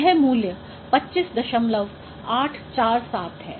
यह मूल्य 25847 है